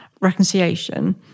Reconciliation